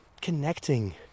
connecting